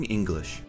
English